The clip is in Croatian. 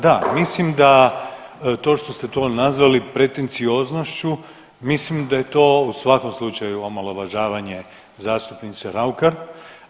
Da, mislim da to što ste to nazvali pretencioznošću mislim da je to u svakom slučaju omalovažavanje zastupnice Raukar.